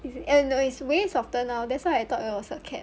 eh no it's way softer now leh that's why I thought it was a cat